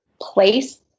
place